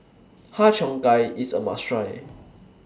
Har Cheong Gai IS A must Try